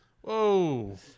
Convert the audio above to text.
Whoa